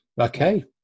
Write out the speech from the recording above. Okay